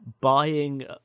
buying